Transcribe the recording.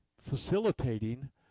facilitating